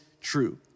true